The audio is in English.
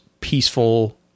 peaceful